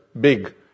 big